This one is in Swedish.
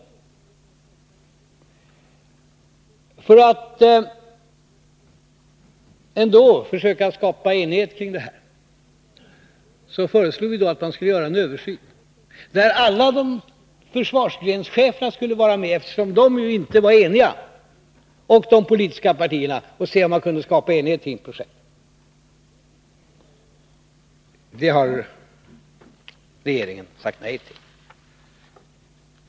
Nr 164 För att ändå försöka att skapa enighet kring detta projekt föreslog vi att det skulle ske en översyn där alla försvarsgrenschefer skulle vara med, eftersom de inte var eniga, och där de politiska partierna skulle vara med för att se om det kunde skapas enighet. Detta har regeringen sagt nej till.